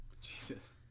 Jesus